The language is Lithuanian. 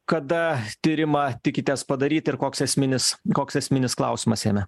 kada tyrimą tikitės padaryt ir koks esminis koks esminis klausimas jame